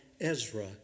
Ezra